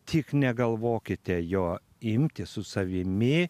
tik negalvokite jo imti su savimi